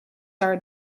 are